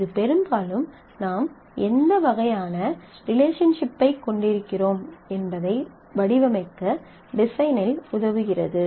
இது பெரும்பாலும் நாம் எந்த வகையான ரிலேஷன்ஷிப்பைக் கொண்டிருக்கிறோம் என்பதை வடிவமைக்க டிசைனில் உதவுகிறது